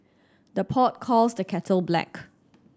the pot calls the kettle black